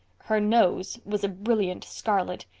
her nose was a brilliant scarlet!